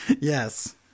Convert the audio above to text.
Yes